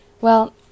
Well